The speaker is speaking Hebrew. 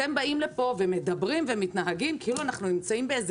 אתם באים לפה ומדברים ומתנהגים כאילו אנחנו נמצאים באיזה